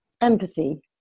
empathy